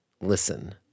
listen